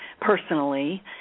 personally